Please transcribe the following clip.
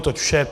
Toť vše.